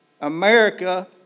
America